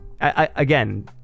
Again